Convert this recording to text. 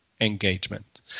engagement